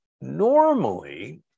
normally